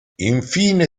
infine